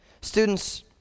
Students